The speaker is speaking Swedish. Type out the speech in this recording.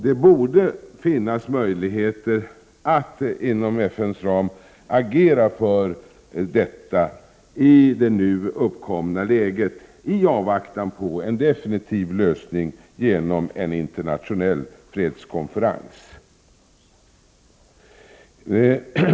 Det borde finnas möjligheter att inom FN:s ram agera för detta i det nu uppkomna läget, i avvaktan på en definitiv lösning genom en internationell fredskonferens.